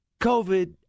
COVID